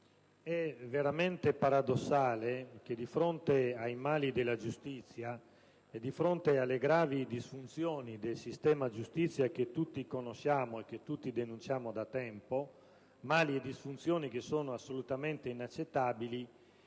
è veramente paradossale che di fronte ai mali della giustizia e alle gravi disfunzioni del sistema giustizia che tutti conosciamo e denunciamo da tempo - mali e disfunzioni che sono assolutamente inaccettabili